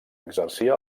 exercia